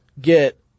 get